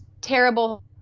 terrible